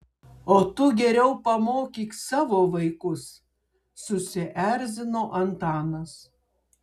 o tu geriau pamokyk savo vaikus susierzino antanas